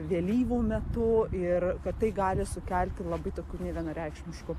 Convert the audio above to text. vėlyvu metu ir kad tai gali sukelti labai tokių nevienareikšmiškų